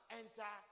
enter